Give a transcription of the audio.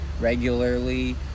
regularly